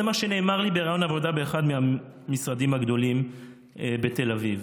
זה מה שנאמר לי בריאיון עבודה באחד המשרדים הגדולים בתל אביב.